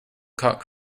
cock